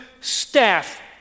staff